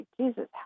Jesus